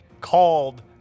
called